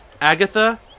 Agatha